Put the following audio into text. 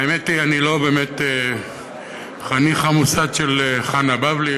והאמת היא שאני לא באמת חניך המוסד של חנה בבלי,